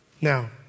Now